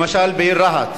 למשל בעיר רהט,